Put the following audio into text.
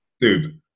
dude